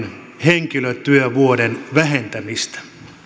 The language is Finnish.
henkilötyövuoden vähentämistä